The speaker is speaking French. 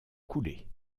coulé